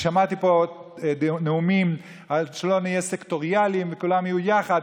שמעתי פה נאומים על שלא נהיה סקטוריאליים וכולם יהיו יחד,